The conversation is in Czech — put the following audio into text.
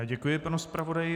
Děkuji panu zpravodaji.